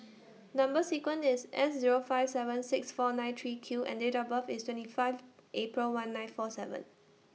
Number sequence IS S Zero five seven six four nine three Q and Date of birth IS twenty five April one nine four seven